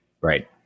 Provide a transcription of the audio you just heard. Right